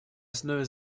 основе